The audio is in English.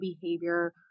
behavior